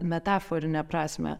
metaforinę prasmę